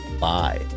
bye